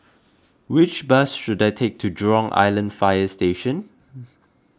which bus should I take to Jurong Island Fire Station